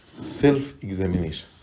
self-examination